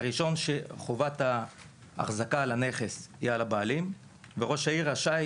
הדבר הראשון הוא שחובת האחזקה של הנכס היא על הבעלים וראש העיר רשאי,